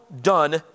done